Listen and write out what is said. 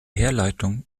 herleitung